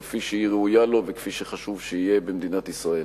כפי שהיא ראויה לו וכפי שחשוב שיהיה במדינת ישראל.